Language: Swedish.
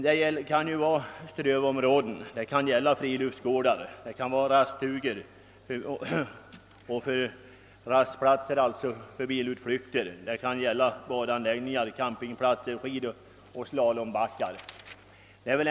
Det finns behov av strövområden, friluftsgårdar, stugor, rastplatser för bilutflykter, badanläggningar, campingplatser, skidspår och slalombackar.